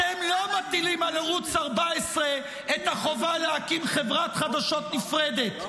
אתם לא מטילים על ערוץ 14 את החובה להקים חברת חדשות נפרדת,